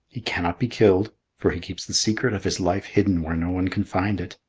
he cannot be killed, for he keeps the secret of his life hidden where no one can find it.